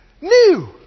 new